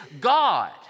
god